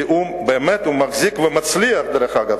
כי הוא באמת מחזיק ומצליח, דרך אגב,